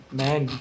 man